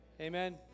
Amen